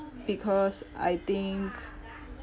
because I think